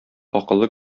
акыллы